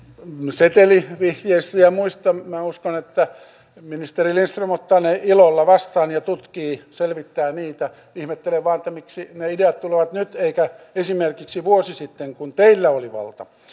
setelivihjeistä ja muista minä uskon että ministeri lindström ottaa ne ilolla vastaan ja tutkii selvittää niitä ihmettelen vain miksi ne ideat tulevat nyt eivätkä esimerkiksi vuosi sitten kun teillä oli valta